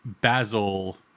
Basil